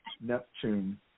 Neptune